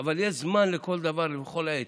אבל יש זמן לכל דבר ועת.